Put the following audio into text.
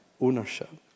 ownership